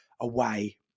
away